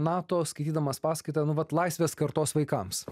nato skaitydamas paskaitą nu vat laisvės kartos vaikams